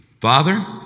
Father